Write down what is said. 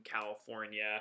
California